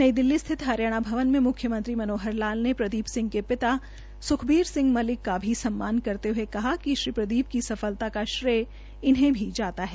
नई दिल्ली में स्थित हरियाणा भवन में मुख्यमंत्री मनोहर लाल ने प्रदीप सिंह के पिता सुखबीर सिंह महिलक का भी सम्मान करते हये कहा कि श्री प्रदीप की सफलता का श्रेय इन्हें जाता है